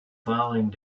following